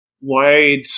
wide